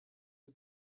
who